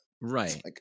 Right